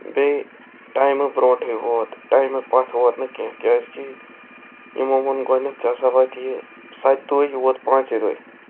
بیٚیہِ ٹایمہٕ برٛونٹھٕے ووت ٹایمہٕ پتھ ووت نہٕ کیٚنٛہہ کیٛازِ کہِ یِمو ووٚن گۄڈنٮ۪تھ ژےٚ ہسا واتی یہِ سَتہِ دہہ یہِ ووت پانژھِ دہہِ